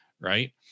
right